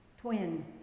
twin